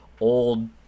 old